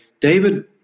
David